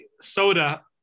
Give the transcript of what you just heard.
soda